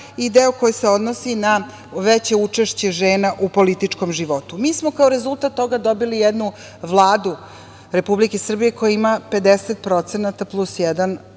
i deo koji se odnosi na veće učešće žena u političkom životu. Mi smo kao rezultat toga dobili jednu Vladu Republike Srbije koja ima 50% plus